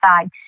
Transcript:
side